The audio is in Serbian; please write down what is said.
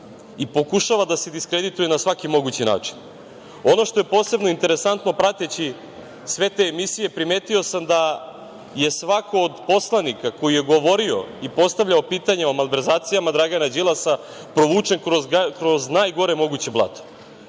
i pokušava da se diskredituje na svaki mogući način? Ono što je posebno interesantno, prateći sve te emisije, primetio sam da je svako od poslanika koji je govorio i postavljao pitanje o malverzacijama Dragana Đilasa provučen kroz najgore moguće blato.